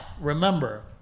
remember